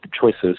choices